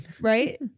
Right